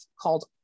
called